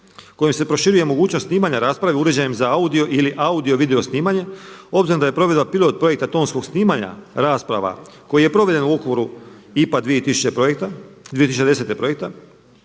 kojim se proširuje mogućnost snimanja rasprave uređajem za audio ili audio-video snimanje obzirom da je provedba pilot projekta tonskog snimanja rasprava koji je proveden u Vukovaru IPA 2010. projekta